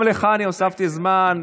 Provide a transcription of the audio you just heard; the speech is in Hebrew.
גם לך אני הוספתי זמן.